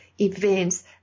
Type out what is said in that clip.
events